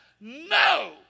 no